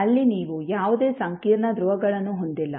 ಅಲ್ಲಿ ನೀವು ಯಾವುದೇ ಸಂಕೀರ್ಣ ಧ್ರುವಗಳನ್ನು ಹೊಂದಿಲ್ಲ